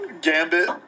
Gambit